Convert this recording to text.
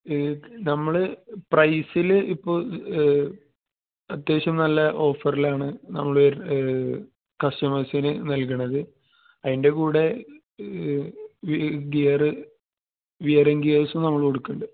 നമ്മൾ പ്രൈസിൽ ഇപ്പോൾ അത്യാവശ്യം നല്ല ഓഫറിലാണ് നമ്മൾ കസ്റ്റമേഴ്സിന് നൽകുന്നത് അതിൻ്റെ കൂടെ ഗിയർ വെയറിംഗ് ഗിയേഴ്സും നമ്മൾ കൊടുക്കുന്നുണ്ട്